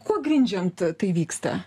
kuo grindžiant tai vyksta